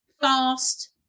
fast